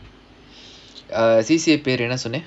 uh C_C_A பெரு என்ன சொன்ன:peru enna sonna